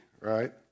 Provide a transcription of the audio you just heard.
right